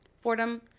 fordham